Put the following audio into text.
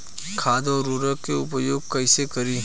खाद व उर्वरक के उपयोग कईसे करी?